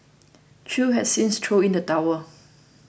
chew has since chew in the towel